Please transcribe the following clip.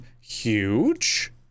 huge